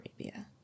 arabia